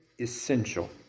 essential